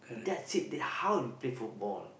that's it that's how you play football